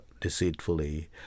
deceitfully